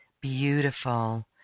Beautiful